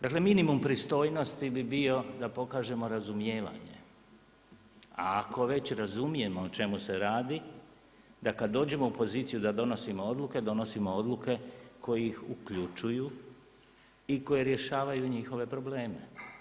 Dakle minimum pristojnosti bi bio da pokažemo razumijevanje, a ako već razumijemo o čemu se radi da kada dođemo u poziciju da donosimo odluke, donosimo odluke koje ih uključuju i koji rješavanju njihove probleme.